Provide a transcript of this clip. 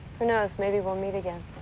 who knows? maybe we'll meet again.